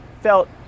felt